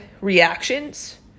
reactions